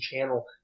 channel